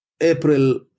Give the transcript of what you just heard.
April